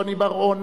רוני בר-און,